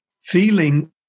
feeling